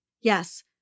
Yes